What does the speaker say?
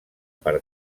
per